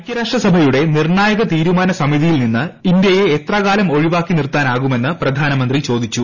ഐക്യരാഷ്ട്രസഭയുടെ നിർണായക തീരുമാന സമിതിയിൽ നിന്ന് ഇന്ത്യയെ എത്രകാലം ഒഴിവാക്കി നിർത്താനാകുമെന്ന് പ്രധാനമന്ത്രി ചോദിച്ചു